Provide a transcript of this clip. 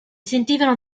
sentivano